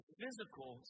physical